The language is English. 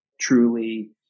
truly